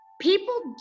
people